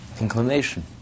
inclination